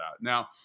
Now